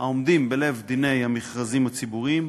העומדים בלב דיני המכרזים הציבוריים,